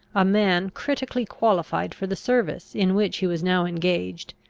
a man critically qualified for the service in which he was now engaged,